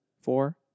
four